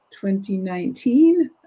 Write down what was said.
2019